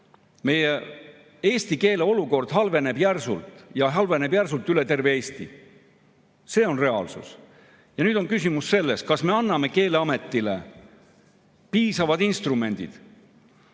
Meie eesti keele olukord halveneb järsult ja halveneb järsult üle terve Eesti. See on reaalsus. Nüüd on küsimus selles, kas me anname Keeleametile piisavad instrumendid,